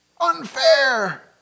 Unfair